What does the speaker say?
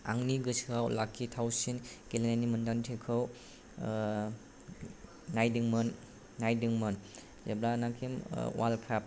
आंनि गोसोआव लाखिथावसिन गेलेनायनि मोन्दांथिखौ नायदोंमोन जेब्लानोखि वार्ल्ड काप